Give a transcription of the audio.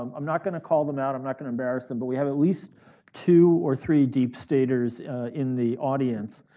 um i'm not going to call them out, i'm not going to embarrass them, but we have at least two or three deep-staters in the audience,